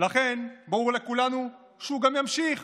ולכן ברור לכולנו שהוא גם ימשיך